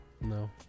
No